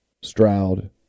Stroud